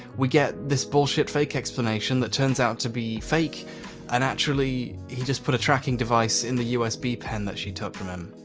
we get this bullshit fake explanation that turns out to be fake and actually he just put a tracking device in the usb pen that she took from him.